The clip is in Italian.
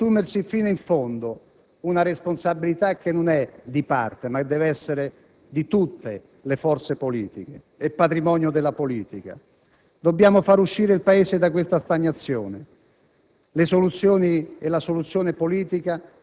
più accorti e responsabili ad assumersi fino in fondo una responsabilità che non deve essere di parte, ma deve appartenere a tutte le forze politiche e al patrimonio della politica. Dobbiamo far uscire il Paese da questa stagnazione: